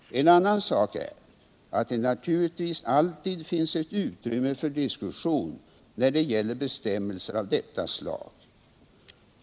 En annan sak är att det naturligtvis alltid finns ett utrymme för diskussion när det gäller bestämmelser av detta slag.